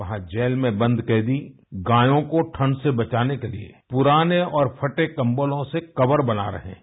वहाँ जेल में बंद कैदी गायों को ठण्ड से बचाने के लिए पुराने और फटे कम्बलों से कवर बना रहे हैं